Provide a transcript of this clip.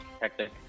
hectic